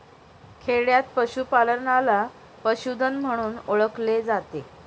खेडयांत पशूपालनाला पशुधन म्हणून ओळखले जाते